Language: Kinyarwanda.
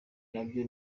nabyo